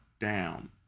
down